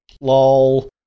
Lol